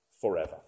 forever